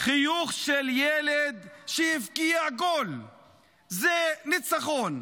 חיוך של ילד שהבקיע גול זה ניצחון,